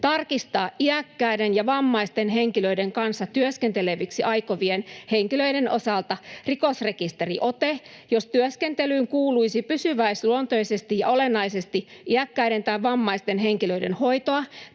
tarkistaa iäkkäiden ja vammaisten henkilöiden kanssa työskenteleviksi aikovien henkilöiden osalta rikosrekisteriote, jos työskentelyyn kuuluisi pysyväisluontoisesti ja olennaisesti iäkkäiden tai vammaisten henkilöiden hoitoa